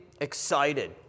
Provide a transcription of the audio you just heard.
excited